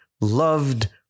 loved